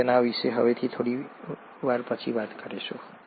અમે તેના વિશે હવેથી થોડી વાર પછી વાત કરીશું